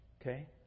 Okay